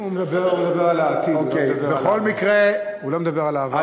הוא מדבר על העתיד, הוא לא מדבר על העבר.